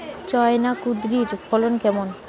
China কুঁদরীর ফলন কেমন?